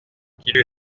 lui